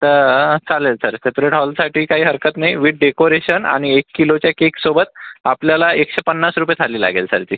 तर चालेल चालेल सेपरेट हॉलसाठी काही हरकत नाही विथ डेकोरेशन आणि एक किलोच्या केकसोबत आपल्याला एकशे पन्नास रुपये थाली लागेल सर ती